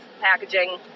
packaging